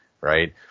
right